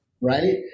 Right